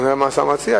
נראה מה השר מציע.